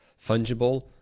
fungible